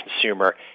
consumer